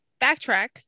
backtrack